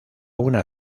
una